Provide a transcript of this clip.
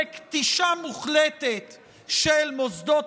זה כתישה מוחלטת של מוסדות